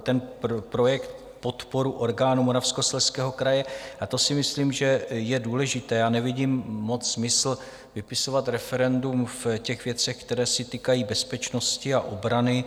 Ten projekt má podporu orgánů Moravskoslezského kraje a to si myslím, že je důležité, a nevidím moc smysl vypisovat referendum v těch věcech, které se týkají bezpečnosti a obrany.